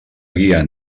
guia